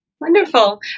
wonderful